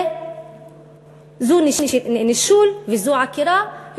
זה נישול, וזו עקירה.